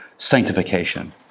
Sanctification